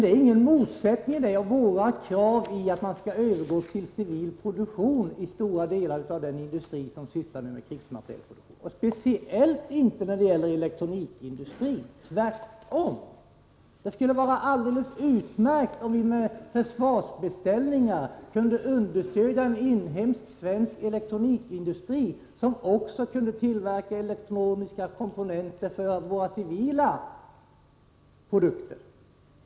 Det är ingen motsättning mellan det och våra krav att man skall övergå till civil produktion inom stora delar av den industri som nu sysslar med krigsmaterielproduktion, speciellt inte när det gäller elektronikindustrin. Tvärtom — det skulle vara alldeles utmärkt om vi med försvarsbeställningar kunde understödja en inhemsk svensk elektronikindustri, som också kunde tillverka elektroniska komponenter för våra civila produkter.